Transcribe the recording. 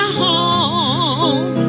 home